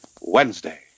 Wednesday